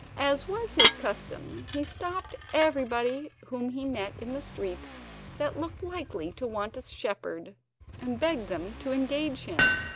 as was his custom, he stopped everybody whom he met in the streets that looked likely to want a shepherd and begged them to engage him,